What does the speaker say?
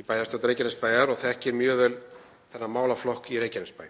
í bæjarstjórn Reykjanesbæjar og þekkir mjög vel þennan málaflokk í Reykjanesbæ.